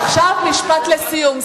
עכשיו, משפט לסיום.